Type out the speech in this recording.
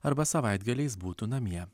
arba savaitgaliais būtų namie